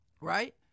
Right